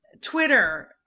Twitter